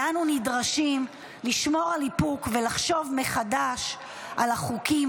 ואנו נדרשים לשמור על איפוק ולחשוב מחדש על החוקים